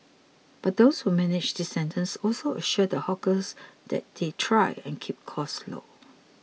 but those who manage these centres also assure the hawkers that they'll try and keep costs low